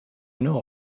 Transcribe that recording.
know